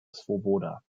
swoboda